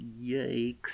yikes